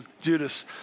Judas